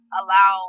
allow